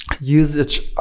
usage